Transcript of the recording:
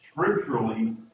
scripturally